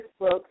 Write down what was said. Facebook